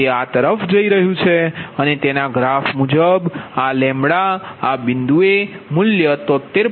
જે આ તરફ જઈ રહ્યું છે અને તેના ગ્રાફ મુજબઆ આ બિંદુ એ મૂલ્ય 73